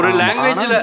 language